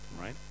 right